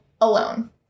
alone